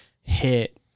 hit